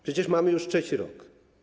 Przecież mamy już trzeci rok.